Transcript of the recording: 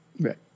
Right